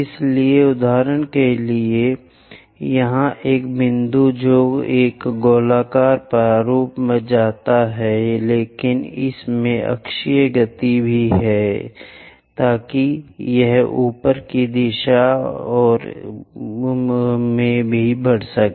इसलिए उदाहरण के लिए यहां एक बिंदु जो एक गोलाकार प्रारूप में जाता है लेकिन इसमें अक्षीय गति भी है ताकि यह ऊपर की दिशा और इतने पर बढ़े